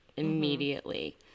immediately